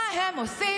מה הם עושים?